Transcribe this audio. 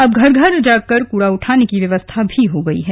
अब घर घर जाकर कूड़ा उठाने की व्यवस्था भी हो गई है